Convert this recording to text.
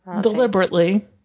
deliberately